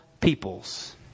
peoples